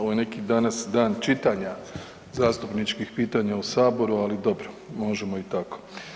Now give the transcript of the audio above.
Ovo je neki danas dan čitanja zastupničkih pitanja u Saboru, ali dobro možemo i tako.